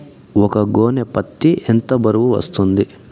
ఒక గోనె పత్తి ఎంత బరువు వస్తుంది?